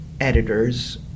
editors